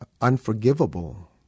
unforgivable